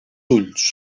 ulls